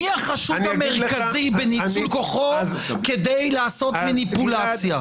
מי החשוד המרכזי בניצול כוחו כדי לעשות מניפולציות?